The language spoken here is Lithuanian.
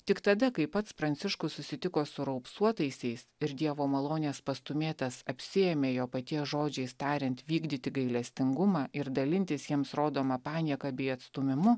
tik tada kai pats pranciškus susitiko su raupsuotaisiais ir dievo malonės pastūmėtas apsiėmė jo paties žodžiais tariant vykdyti gailestingumą ir dalintis jiems rodoma panieka bei atstūmimu